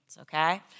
okay